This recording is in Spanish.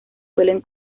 suelen